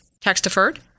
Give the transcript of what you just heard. tax-deferred